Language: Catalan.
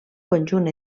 conjunt